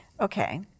Okay